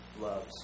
loves